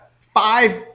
five